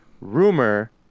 Rumor